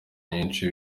nyinshi